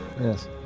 Yes